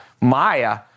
Maya